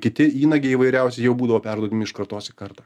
kiti įnagiai įvairiausi jau būdavo perduodami iš kartos į kartą